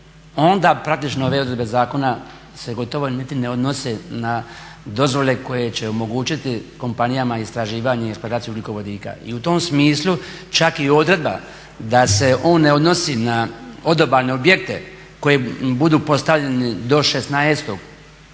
onda praktično ove odredbe zakona se gotovo niti ne odnose na dozvole koje će omogućiti kompanijama istraživanje i eksploataciju ugljikovodika. I u tom smislu čak i odredba da se on ne odnosi na odabrane objekte koji budu postavljeni do